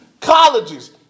colleges